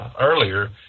earlier